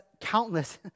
countless